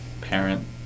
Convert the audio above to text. parent